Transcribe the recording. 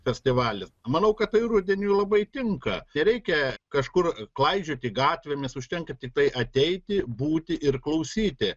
festivalis manau kad tai rudeniui labai tinka tereikia kažkur klaidžioti gatvėmis užtenka tiktai ateiti būti ir klausyti